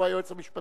שהיא היועץ המשפטי,